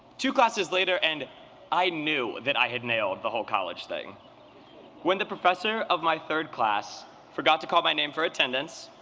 two classes later and i knew that i had nailed the whole college thing when the professor of my third class forgot to call my name for attendance.